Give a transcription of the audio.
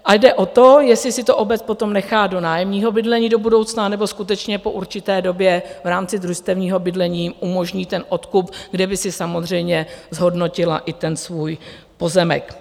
A jde o to, jestli si to obec potom nechá do nájemního bydlení do budoucna, anebo skutečně po určité době v rámci družstevního bydlení umožní ten odkup, kde by si samozřejmě zhodnotila i ten svůj pozemek.